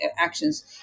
actions